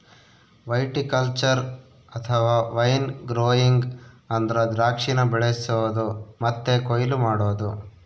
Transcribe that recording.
viticulture ಅಥವಾ wine growing ಅಂದ್ರ ದ್ರಾಕ್ಷಿನ ಬೆಳಿಸೊದು ಮತ್ತೆ ಕೊಯ್ಲು ಮಾಡೊದು